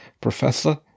professor